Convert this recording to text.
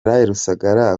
rusagara